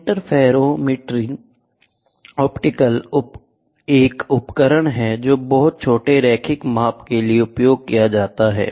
interferometer optical उपकरण हैं जो बहुत छोटे रैखिक माप के लिए उपयोग किए जाते हैं